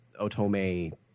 Otome